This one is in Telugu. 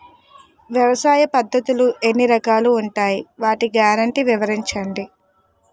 వ్యవసాయ పద్ధతులు ఎన్ని రకాలు ఉంటాయి? వాటి గ్యారంటీ వివరించండి?